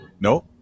No